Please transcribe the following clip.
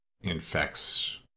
infects